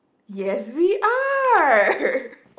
yes we are